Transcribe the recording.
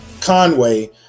Conway